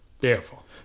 Beautiful